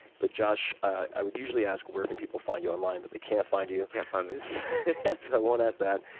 but, josh, i would usually ask where can people find you online but they can't find you. they can't find me. so i won't ask that.